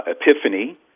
epiphany